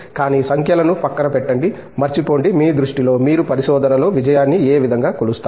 కానీ సంఖ్యలను పక్కన పెట్టండి మర్చిపోండి మీ దృష్టిలో మీరు పరిశోధనలో విజయాన్ని ఏ విధంగా కొలుస్తారు